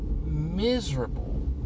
miserable